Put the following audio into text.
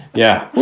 yeah. oh,